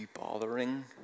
bothering